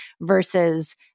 versus